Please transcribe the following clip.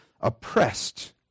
oppressed